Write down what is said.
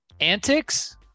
antics